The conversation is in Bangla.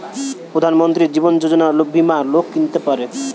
প্রধান মন্ত্রী জীবন যোজনা বীমা লোক কিনতে পারে